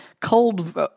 cold